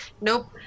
Nope